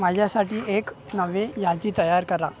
माझ्यासाठी एक नवी यादी तयार करा